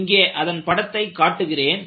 இங்கே அதன் படத்தை காட்டுகிறேன்